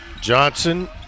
Johnson